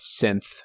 synth